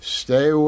stay